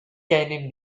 gennym